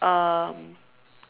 um